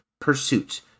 pursuit